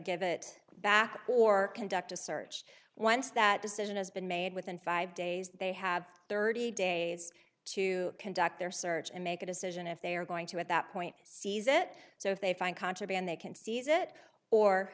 give it back or conduct a search once that decision has been made within five days they have thirty days to conduct their search and make a decision if they are going to at that point seize it so if they find contraband they can seize it or